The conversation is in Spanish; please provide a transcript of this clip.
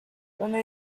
donde